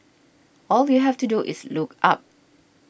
all you have to do is look up